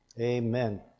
Amen